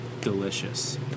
delicious